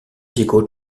diego